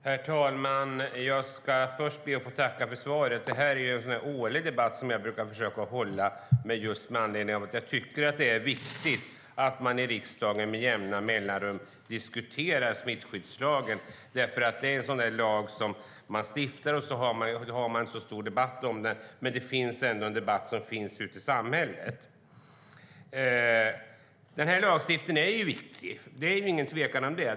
Herr talman! Jag ska först be att få tacka för svaret! Det här är en årlig debatt som jag håller med anledning av att det är viktigt att man i riksdagen med jämna mellanrum diskuterar smittskyddslagen. En lag stiftas och i samband med det är det en stor debatt, men det finns också en pågående debatt ute i samhället. Lagstiftningen är viktig. Det råder inget tvivel om det.